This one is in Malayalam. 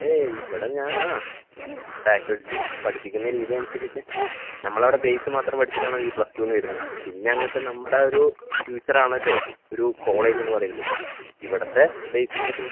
ഏയ് ഇവിടെ ഞാൻ ആ ഫാക്കൽറ്റീസ് പഠിപ്പിക്കുന്ന രീതി അനുസരിച്ച് നമ്മൾ അവിട ബേസ് മാത്രം പഠിച്ചിറ്റ് ആണ് ഈ പ്ലസ് ടൂന്ന് വരുന്നത് പിന്ന എന്നിട്ട് നമ്മട ഒരു ഫ്യൂച്ചർ ആണല്ലൊ ഒരു കോളേജിന്ന് പറയുന്നത് ഇവിടത്തെ ബേസ് ചെയ്തിട്ട്